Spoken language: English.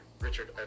Richard